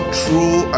true